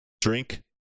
drink